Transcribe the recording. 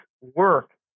work